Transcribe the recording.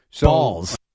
Balls